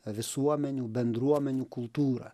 visuomenių bendruomenių kultūrą